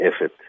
effort